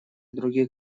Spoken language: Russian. других